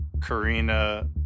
Karina